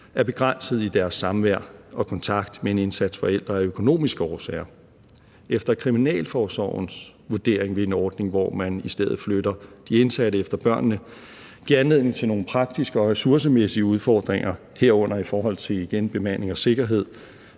er begrænset i deres samvær og kontakt med en indsat forælder af økonomiske årsager. Efter kriminalforsorgens vurdering vil en ordning, hvor man i stedet flytter de indsatte efter børnene, give anledning til nogle praktiske og ressourcemæssige udfordringer, herunder igen i forhold til bemanding og sikkerhed.